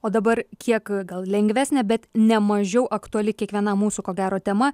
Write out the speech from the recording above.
o dabar kiek gal lengvesnė bet nemažiau aktuali kiekvienam mūsų ko gero tema